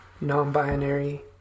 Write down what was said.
non-binary